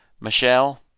Michelle